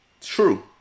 true